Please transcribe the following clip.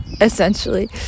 essentially